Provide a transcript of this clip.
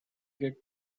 get